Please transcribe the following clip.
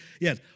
Yes